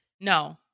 No